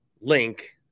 Link